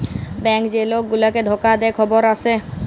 bank যে লক গুলাকে ধকা দে খবরে আসে